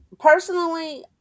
personally